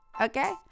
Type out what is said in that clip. okay